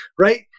right